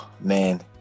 man